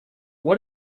what